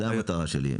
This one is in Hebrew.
זאת המטרה שלי.